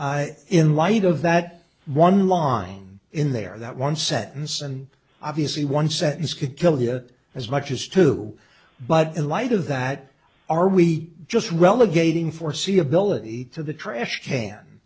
in light of that one line in there that one sentence and obviously one sentence could kill the as much as two but in light of that are we just relegating foreseeability to the trash can